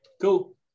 Cool